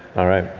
all right.